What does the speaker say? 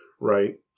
right